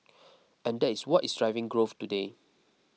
and that is what is driving growth today